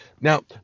Now